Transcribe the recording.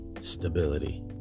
stability